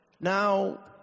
Now